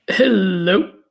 Hello